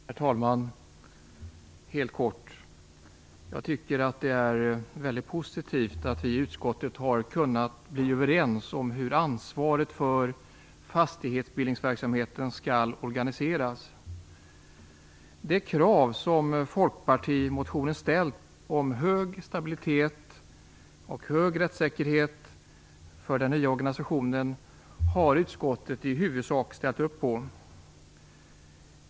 Herr talman! Helt kort: Jag tycker att det är väldigt positivt att vi i utskottet har kunnat bli överens om hur ansvaret för fastighetsbildningsverksamheten skall organiseras. De krav som vi i folkpartimotionen har ställt om stor stabilitet och stor rättssäkerhet för den nya organisationen har utskottet i huvudsak ställt upp på.